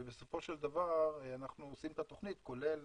ובסופו של דבר אנחנו עושים את התכנית, כולל